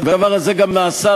והדבר הזה גם נעשה,